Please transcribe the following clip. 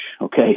okay